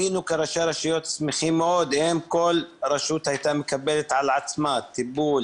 היינו כראשי הרשויות שמחים מאוד אם כל רשות הייתה מקבלת על עצמה טיפול